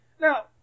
Now